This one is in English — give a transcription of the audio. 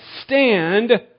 stand